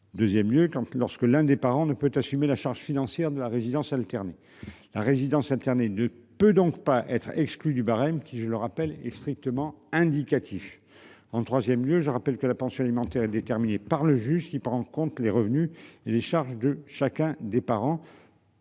mieux quand lorsque l'un des parents ne peut assumer la charge financière de la résidence alternée. La résidence alternée ne peut donc pas être exclus du barème qui je le rappelle est strictement indicatif. En 3ème lieu, je rappelle que la pension alimentaire est déterminée par le juge qui prend en compte les revenus et les charges de chacun des parents.